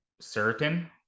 certain